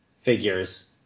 figures